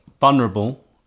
vulnerable